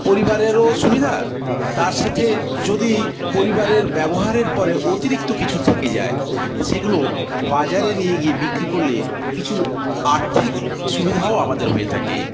পরিবারেরও সুবিধা তার সাথে যদি পরিবারের ব্যবহারের পরে অতিরিক্ত কিছু থেকে যায় সেগুলো বাজারে নিয়ে গিয়ে বিক্রি করলে কিছু আর্থিক সুবিধাও আমাদের হয়ে থাকে